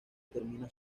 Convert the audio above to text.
termina